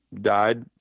died